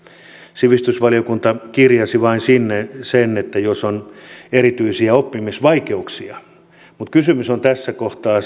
sivistysvaliokunta kirjasi sinne vain sen että jos on erityisiä oppimisvaikeuksia mutta kysymys on tässä kohtaa